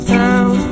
town